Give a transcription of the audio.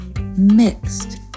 mixed